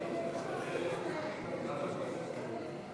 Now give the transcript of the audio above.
משרד הפנים,